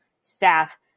staff